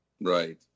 Right